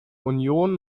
union